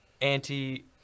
anti